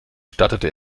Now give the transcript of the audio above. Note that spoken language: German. startete